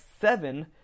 seven